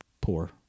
poor